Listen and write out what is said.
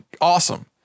awesome